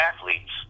athletes